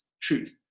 truth